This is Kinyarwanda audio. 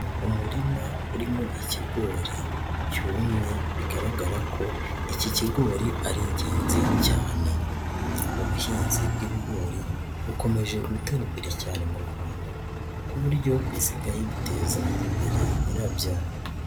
Umurima urimo ikigori cyumye bigaragara ko iki kigori ari ingenzi cyane, ubuhinzi bw'ibigori bukomeje gutera imbere cyane mu Rwanda ku buryo bisigaye biteza imbere nyirabyo.